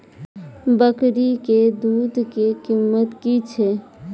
बकरी के दूध के कीमत की छै?